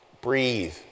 Breathe